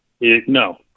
No